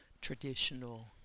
traditional